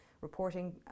reporting